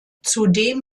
zudem